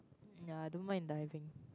ya I don't mind diving